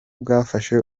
bwafashe